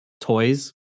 toys